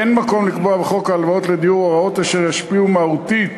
אין מקום לקבוע בחוק הלוואות לדיור הוראות אשר ישפיעו מהותית